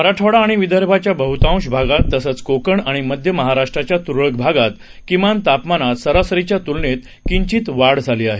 मराठवाडा आणि विदर्भाच्या बहुतांश भागात तसंच कोकण आणि मध्य महाराष्ट्राच्या तुरळक भागात किमान तापमानात सरासरीच्या तुलनेत किंचित वाढ झाली आहे